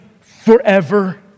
forever